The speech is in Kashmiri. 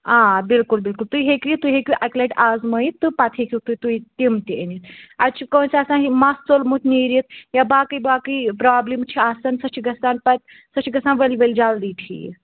آ بِلکُل بِلکُل تُہۍ ہیٚکِو تُہۍ ہیٚکِو اَکہِ لَٹہِ آزمٲیِتھ تہٕ پَتہٕ ہیٚکِو تُہۍ تِم تہِ أنِتھ اَتہِ چھِ کٲنٛسہِ آسان مَس ژوٚلمُت نیٖرِتھ یا باقٕے باقٕے پرٛابلِم چھِ آسان سۄ چھِ گژھان پَتہٕ سۄ چھِ گژھان ؤلۍ ؤلۍ جلدی ٹھیٖک